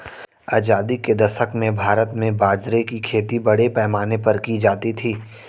आजादी के दशक में भारत में बाजरे की खेती बड़े पैमाने पर की जाती थी